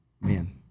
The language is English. man